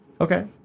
Okay